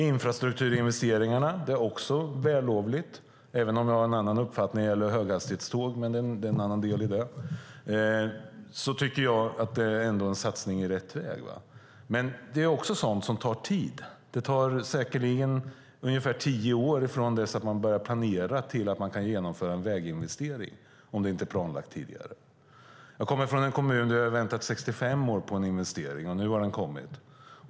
Infrastrukturinvesteringar är vällovliga, och även om jag har en annan uppfattning om höghastighetståg, det är en annan fråga, tycker jag att det ändå är en satsning i rätt riktning. Det är sådant som tar tid. Det tar säkerligen ungefär tio år från det att man börjar planera till att man kan genomföra en väginvestering om den inte är planlagd tidigare. Jag kommer från en kommun där vi har väntat 65 år på en investering, och nu har den kommit.